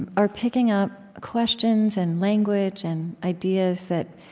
and are picking up questions and language and ideas that,